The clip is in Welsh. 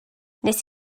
nes